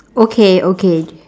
okay okay